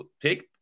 Take